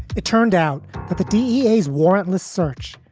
it turned out that the dea is warrantless search,